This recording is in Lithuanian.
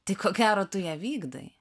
tai ko gero tu ją vykdai